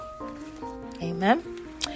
Amen